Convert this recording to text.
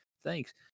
Thanks